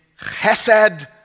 chesed